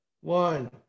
one